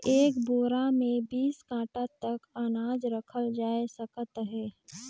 एक बोरा मे बीस काठा तक अनाज रखल जाए सकत अहे